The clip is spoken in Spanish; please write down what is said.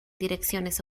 direcciones